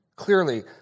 Clearly